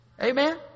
Amen